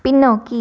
பின்னோக்கி